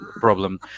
problem